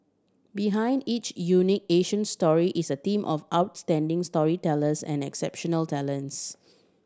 behind each unique Asian story is a team of outstanding storytellers and exceptional talents